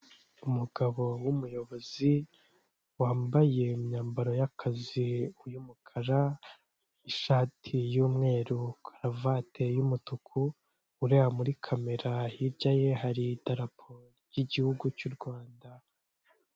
Umugabo w'umuyobozi wambaye imyambaro y'akazi y'umukara ishati y'umweru karavate y'umutuku ureba muri kamera hirya ye hari idarapo ry'igihugu cy'u Rwanda.